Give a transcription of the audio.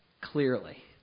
clearly